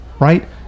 right